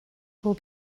will